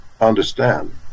understand